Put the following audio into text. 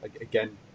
again